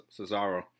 Cesaro